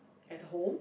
at home